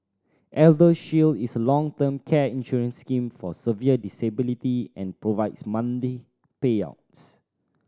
ElderShield is a long term care insurance scheme for severe disability and provides payouts